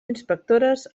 inspectores